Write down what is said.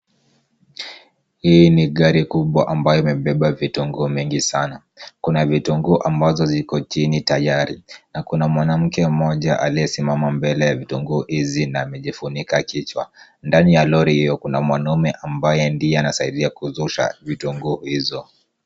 Hii ni gari kubwa ambayo imebeba vitunguu mingi sana. Kuna vitunguu ambazo ziko chini tayari na kuna mwanamke mmoja aliyesimama mbele ya vitunguu hizi na amejifunika kichwa. Ndani ya lori hiyo kuna mwanamume ambaye ndiye anasaidia kushusha vitunguu hizo.